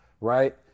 right